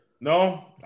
No